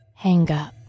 Hangup